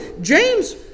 James